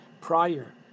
Prior